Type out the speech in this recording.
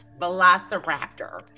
Velociraptor